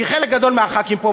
כי חלק גדול מחברי הכנסת פה,